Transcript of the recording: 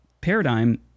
paradigm